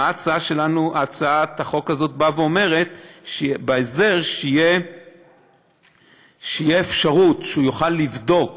ההצעה הזאת אומרת שבהסדר תהיה אפשרות שהוא יוכל לבדוק